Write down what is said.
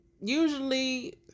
usually